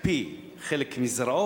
להקפיא חלק מזרעו,